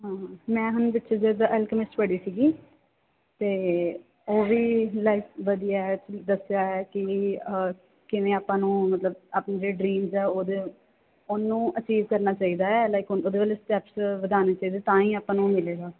ਹਾਂ ਮੈਂ ਹੁਣ ਪਿੱਛੇ ਜਦੋਂ ਪੜ੍ਹੀ ਸੀਗੀ ਅਤੇ ਉਹ ਵੀ ਲਾਈਫ ਵਧੀਆ ਹੈ ਦੱਸਿਆ ਹੈ ਕਿ ਕਿਵੇਂ ਆਪਾਂ ਨੂੰ ਮਤਲਬ ਆਪਣੇ ਜਿਹੜੇ ਡਰੀਮਸ ਹੈ ਉਹਦੇ ਉਹਨੂੰ ਅਚੀਵ ਕਰਨਾ ਚਾਹੀਦਾ ਲਾਈਕ ਉਹਦੇ ਵੱਲ ਸਟੈਪਸ ਵਧਾਉਣੇ ਚਾਹੀਦੇ ਤਾਂ ਹੀ ਆਪਾਂ ਨੂੰ ਉਹ ਮਿਲੇਗਾ